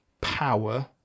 power